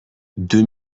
deux